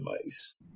device